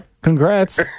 Congrats